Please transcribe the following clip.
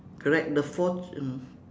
correct the four mm